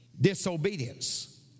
disobedience